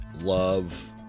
love